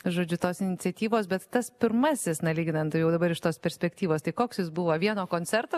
žodžiu tos iniciatyvos bet tas pirmasis na lyginant jau dabar iš tos perspektyvos tai koks jis buvo vieno koncerto